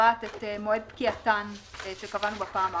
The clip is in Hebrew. שקובעת את מועד פקיעתן שקבענו בפעם האחרונה.